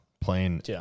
playing